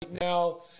now